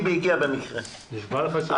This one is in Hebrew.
בבקשה,